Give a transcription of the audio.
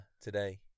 today